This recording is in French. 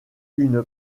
une